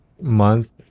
month